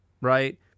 right